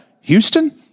Houston